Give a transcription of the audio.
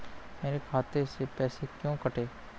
मेरे खाते से पैसे क्यों कटे?